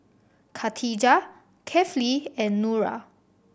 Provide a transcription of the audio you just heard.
khatijah Kefli and Nura